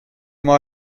oma